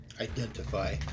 Identify